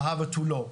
ותו לא.